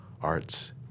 arts